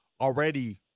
already